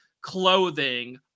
clothing